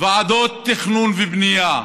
ועדות תכנון ובנייה,